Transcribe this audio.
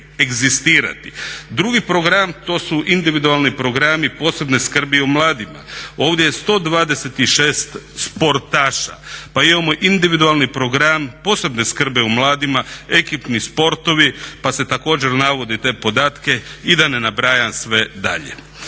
Drugi programi to su individualni programi posebne skrbi o mladima. Ovdje je 126 sportaša pa imamo individualni program posebne skrbi o mladima, ekipni sportovi pa se također navodi te podatke i da ne nabrajam sve dalje.